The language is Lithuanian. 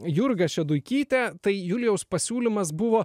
jurgą šeduikytę tai julijaus pasiūlymas buvo